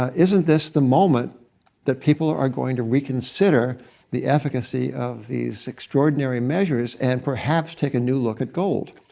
ah isn't this the moment that people are are going to reconsider the efficacy of these extraordinary measures and perhaps take a new look at gold?